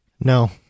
No